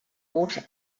water